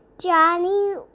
Johnny